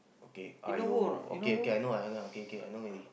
okay !aiyo! okay okay I know what you talking about okay okay I know already